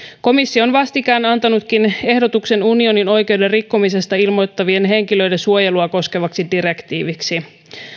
komissio on vastikään antanutkin ehdotuksen unionin oikeuden rikkomisesta ilmoittavien henkilöiden suojelua koskevaksi direktiiviksi